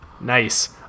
nice